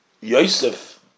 Yosef